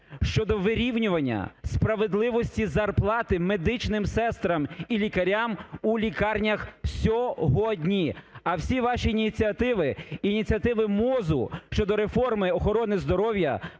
щодо вирівнювання справедливості зарплати медичним сестрам і лікарям у лікарнях сьогодні. А всі ваші ініціативи, ініціативи МОЗу щодо реформи охорони здоров'я